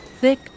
thick